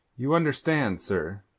you understand, sir,